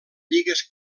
lligues